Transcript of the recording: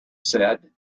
said